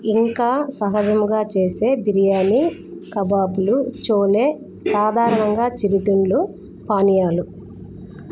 ఇంకా సహజముగా చేసే బిర్యానీ కబాబ్లు ఛోలే సాధారణంగా చిరుతిండ్లు పానీయాలు